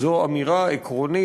זו אמירה עקרונית,